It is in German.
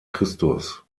christus